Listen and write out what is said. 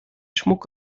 schmuck